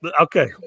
Okay